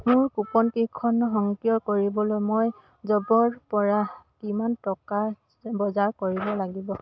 মোৰ কুপন কেইখন সক্ৰিয় কৰিবলৈ মই জবৰ পৰা কিমান টকাৰ বজাৰ কৰিব লাগিব